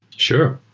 sure.